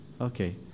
okay